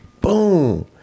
boom